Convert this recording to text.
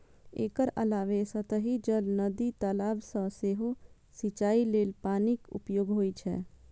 एकर अलावे सतही जल, नदी, तालाब सं सेहो सिंचाइ लेल पानिक उपयोग होइ छै